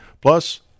plus